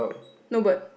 no but